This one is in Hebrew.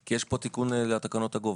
כי יש פה תיקון לתקנות הגובה.